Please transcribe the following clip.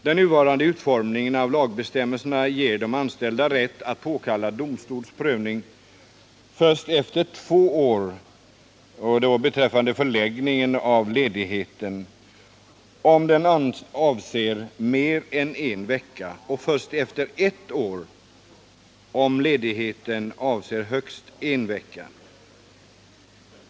Den nuvarande utformningen av lagbestämmelserna ger den anställde rätt att påkalla domstols prövning först efter två år beträffande förläggningen av ledigheten om den avser mer än en vecka och först efter ett år om ledigheten avser högst en vecka.